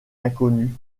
inconnu